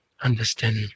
understand